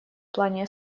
плане